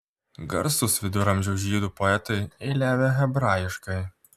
garsūs viduramžių žydų poetai eiliavę hebrajiškai